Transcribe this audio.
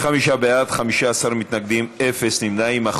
65 בעד, 15 מתנגדים, אפס נמנעים.